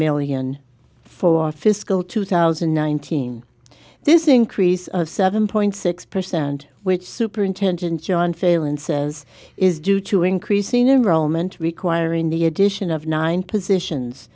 million for fiscal two thousand and nineteen this increase of seven point six percent which superintendent john failand says is due to increasing enrollment requiring the addition of nine positions